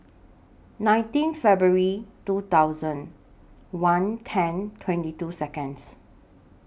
nineteen February two thousand one ten twenty two Seconds